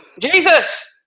Jesus